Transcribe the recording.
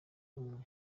umwe